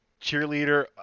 cheerleader